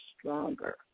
stronger